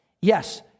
yes